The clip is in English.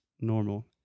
normal